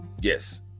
Yes